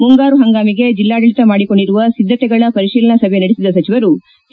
ಮುಂಗಾರು ಹಂಗಾಮಿಗೆ ಜಿಲ್ಲಾಡಳಿತ ಮಾಡಿಕೊಂಡಿರುವ ಸಿದ್ದತೆಗಳ ಪರಿಶೀಲನಾ ಸಭೆ ನಡೆಸಿದ ಸಚಿವರು ಕೆ